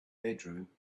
bedroom